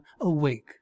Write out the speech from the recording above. awake